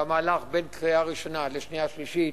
במהלך בין קריאה ראשונה לשנייה ושלישית